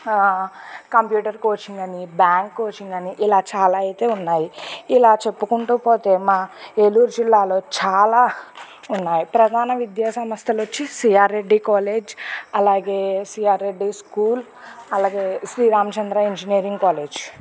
ఆ computer coaching అని bank coaching అని ఇలా చాలా అయితే ఉన్నాయి ఇలా చెప్పుకుంటూ పోతే మా ఏలూరు జిల్లాలో చాలా ఉన్నాయి ప్రధాన విద్యా సంస్థలు వచ్చి సిఆర్ రెడ్డి కాలేజ్ అలాగే సిఆర్ రెడ్డి స్కూల్ అలాగే శ్రీరామచంద్ర ఇంజనీరింగ్ కాలేజ్